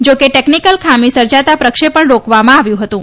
જાકે ટેકનીકલ ખામી સર્જાતા પ્રક્ષેપણ રોકવામાં આવ્યું હતું